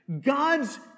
God's